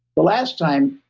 the last time,